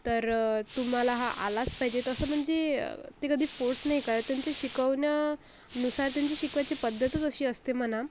तर तुम्हाला हा आलाच पाहिजे तसं म्हणजे ते कधी फोर्स नाही करत त्यांच्या शिकवण्यानुसार त्यांची शिकवायची पद्धतच अशी असते म्हणा